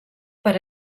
per